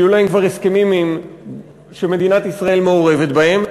שיהיו להן כבר הסכמים שמדינת ישראל מעורבת בהם,